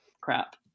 crap